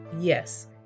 Yes